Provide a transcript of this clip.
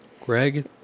Greg